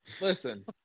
Listen